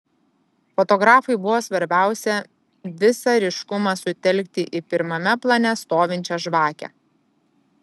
fotografui buvo svarbiausia visą ryškumą sutelkti į pirmame plane stovinčią žvakę